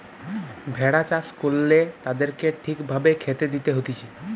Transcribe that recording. ভেড়া চাষ করলে তাদেরকে ঠিক ভাবে খেতে দিতে হতিছে